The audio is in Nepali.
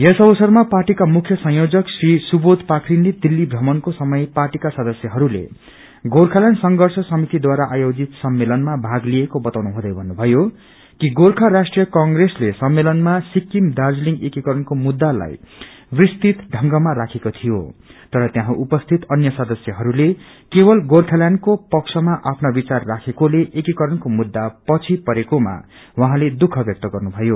यस अवसरमा पार्टीका मुख्य संयोजक श्री सुबोध पाखरीनले दिल्ली भ्रमणको समय पार्टीका सदस्यहरूले गोर्खाल्याण्ड संघर्ष समितिद्वारा आयोजित सम्मेलनमा भाग लिएको बताउँनु हुँदै भन्नु भयो गोर्खा राष्ट्रीय कंग्रेसले सम्मेलनमा सिकिम दार्जीलिङ एकिकरणको मुद्धालाई विस्तृत ढंगमा राखेको थियो तर त्यहाँ उपस्थित अन्य सदस्यहरूले केवल गोर्खाल्याण्डको पक्षमा आफ्ना विचार राखेकोले एकिकरणको मुऋा पछि परेकोमा दुःख व्यक्त गर्नु भयो